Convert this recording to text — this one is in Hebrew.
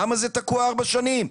למה זה תקוע ארבע שנים?